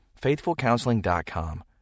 FaithfulCounseling.com